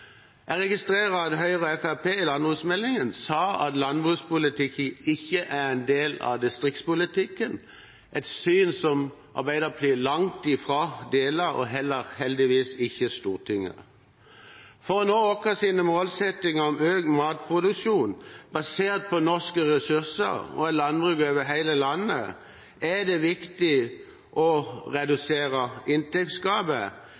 Jeg registrerer at Høyre og Fremskrittspartiet i landbruksmeldingen sa at landbrukspolitikk ikke er en del av distriktspolitikken, et syn som Arbeiderpartiet og heller ikke – heldigvis – Stortinget langt fra deler. For å nå våre målsettinger om økt matproduksjon basert på norske ressurser og et landbruk over hele landet er det viktig å